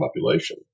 population